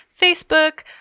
Facebook